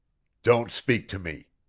don't speak to me!